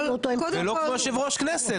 ולא כמו יושב ראש כנסת.